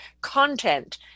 content